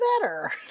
better